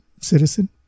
citizen